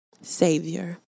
savior